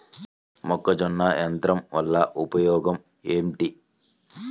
మొక్కజొన్న యంత్రం వలన ఉపయోగము ఏంటి?